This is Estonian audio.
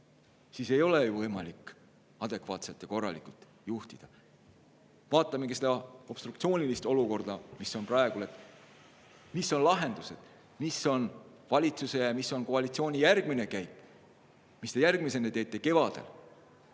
siis ei ole ju võimalik adekvaatselt ja korralikult juhtida. Vaatamegi seda obstruktsioonilist olukorda, mis praegu on. Mis on lahendused? Mis on valitsuse ja mis on koalitsiooni järgmine käik? Mis te järgmisena teete, kevadel?